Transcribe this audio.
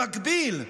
במקביל,